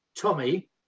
Tommy